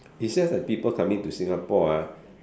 is just like people coming to Singapore ah